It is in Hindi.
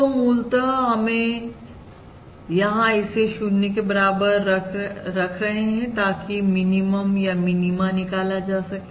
तो मूलतः यहां हम इसे 0 के बराबर रख रहे हैं ताकि मिनिमम या मिनीमा निकाला जा सके